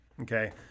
okay